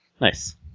Nice